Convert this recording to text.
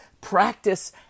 practice